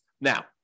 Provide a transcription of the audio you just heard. Now